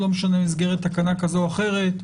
לא משנה אם במסגרת תקנה כזו או אחרת,